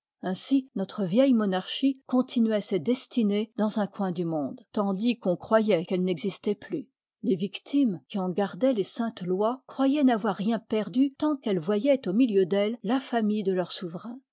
ainsi notre vieille monarchie çontinuoit ses destinées dans un r coin du monde tandis qu'on croyoit qu'elle i part ïi'exisloit plus les victimes qui en gar i i i doient les saintes lois croyoient n'avoir rien perdu tant qu'elles voyoient au milieu d'elles la famille de leurs souverains